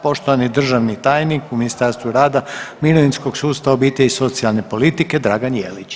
Poštovani državni tajnik u Ministarstvu rada, mirovinskog sustava, obitelji i socijalne politike Dragan Jelić.